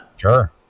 Sure